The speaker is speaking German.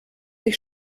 sich